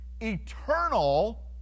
eternal